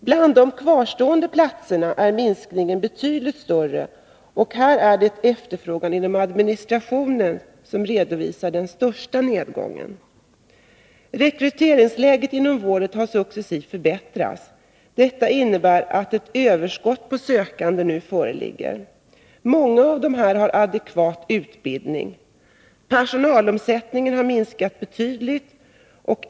Bland de kvarstående platserna är minskningen betydligt större, och här är det efterfrågan inom administrationen som redovisar största nedgången. Rekryteringsläget inom vården har successivt förbättrats. Detta innebär att ett överskott på sökande nu föreligger. Många av dessa har adekvat utbildning. Personalomsättningen har minskat betydligt.